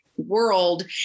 World